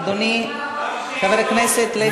אדוני, חבר הכנסת לוי,